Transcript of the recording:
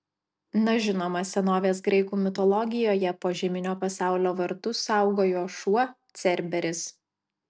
na žinoma senovės graikų mitologijoje požeminio pasaulio vartus saugojo šuo cerberis